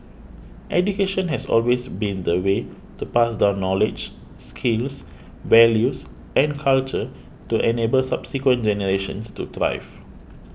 education has always been the way to pass down knowledge skills values and culture to enable subsequent generations to thrive